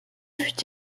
fut